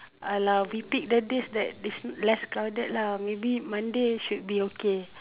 ah lah we pick the days that is less crowded lah maybe Monday should be okay